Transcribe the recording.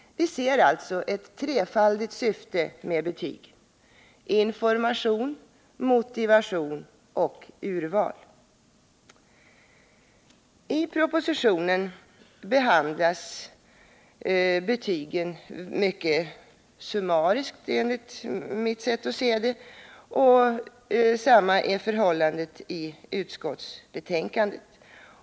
Vi ser alltså ett trefaldigt syfte med betygen: information, motivation och urval. I propositionen behandlas, enligt mitt sätt att se, betygen mycket summariskt. Detsamma är förhållandet i utskottsbetänkandet.